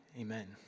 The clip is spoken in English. Amen